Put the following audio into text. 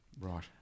Right